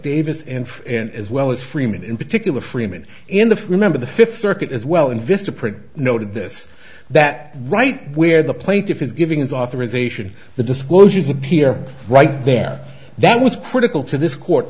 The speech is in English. davis and and as well as freeman in particular freeman in the remember the fifth circuit as well and vistaprint noted this that right where the plaintiff is giving his authorization the disclosures appear right there that was critical to this court